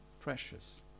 precious